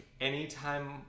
anytime